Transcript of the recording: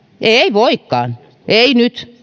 ei voikaan ei nyt